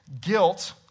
guilt